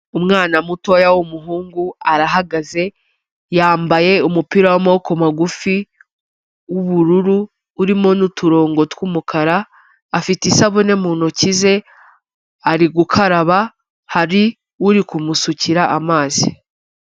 Umwana mutoya w'umuhungu arahagaze, yambaye umupira w'amaboko magufi, w'ubururu urimo n'uturongo tw'umukara, afite isabune mu ntoki ze ari gukaraba, hari uri kumusukira amazi.